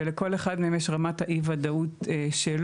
ולכל אחד מהם יש רמת אי וודאות שלו.